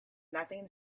nothing